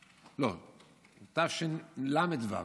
לא, תשל"ו,